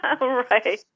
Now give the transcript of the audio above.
right